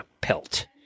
Pelt